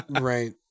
right